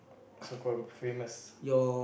so called famous